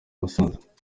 musanze